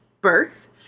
birth